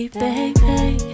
baby